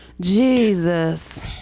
Jesus